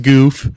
Goof